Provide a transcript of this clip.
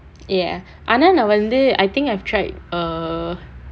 ya ஆனா நா வந்து:aanaa naa vanthu I think I tried err